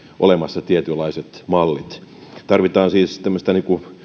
olemassa tietynlaiset mallit tarvitaan siis tämmöistä